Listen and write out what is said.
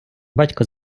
батько